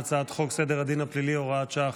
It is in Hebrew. הצבעה על הצעת חוק סדר הדין הפלילי (הוראת שעה,